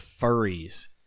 furries